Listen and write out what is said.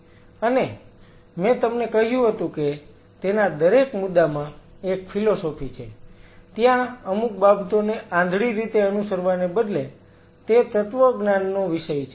અને મેં તમને કહ્યું કે તેના દરેક મુદ્દામાં એક ફિલોસોફી છે ત્યાં અમુક બાબતોને આંધળી રીતે અનુસરવાને બદલે તે તત્વજ્ઞાનનો વિષય છે